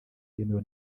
bwemewe